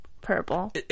purple